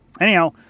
anyhow